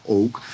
ook